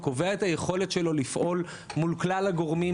הוא קובע את היכולת שלו לפעול מול כלל הגורמים